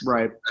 Right